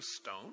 stone